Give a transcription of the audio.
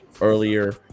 earlier